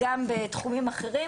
יחסית לצורך בתת תחומים של נוירולוגיה.